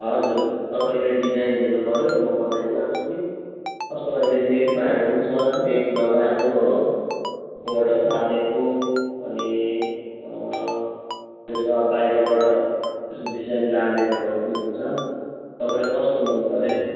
हजुर तपाईँले डिजाइन दिनु पऱ्यो म बनाई दिइहाल्छु नि कस्तो अहिले नेट भएको पनि छ नेट नभएको हो बर्डर हालेको अनि त्यसमा बाहिरबाट डिजाइन टाल्ने खालको पनि हुन्छ तपाईँलाई कस्तो मनपऱ्यो